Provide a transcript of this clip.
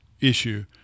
issue